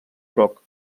groc